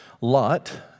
Lot